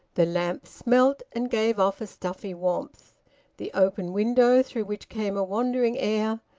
the lamp smelt, and gave off a stuffy warmth the open window, through which came a wandering air,